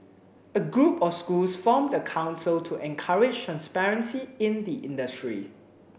a group of schools formed a council to encourage transparency in the industry